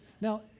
Now